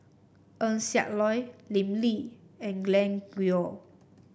Eng Siak Loy Lim Lee and Glen Goei